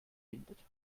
bindet